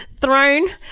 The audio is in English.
thrown